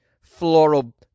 floral